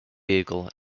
vehicle